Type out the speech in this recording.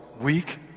weak